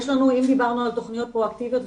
אם דיברנו על תוכניות פרואקטיביות,